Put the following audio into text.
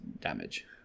damage